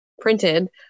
printed